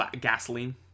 gasoline